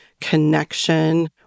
connection